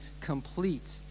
complete